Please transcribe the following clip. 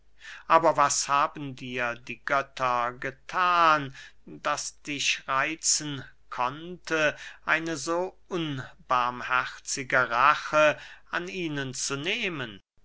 aber was haben dir die götter gethan das dich reitzen konnte eine so unbarmherzige rache an ihnen zu nehmen